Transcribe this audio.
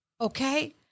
Okay